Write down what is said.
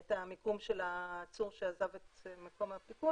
את המיקום של העצור שעזב את מקום הפיקוח